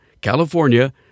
California